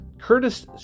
Curtis